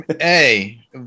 hey